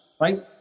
right